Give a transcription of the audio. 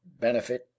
benefit